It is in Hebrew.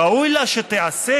ראוי לה שתיעשה,